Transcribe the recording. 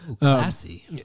Classy